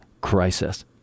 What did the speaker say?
crisis